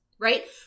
Right